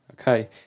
okay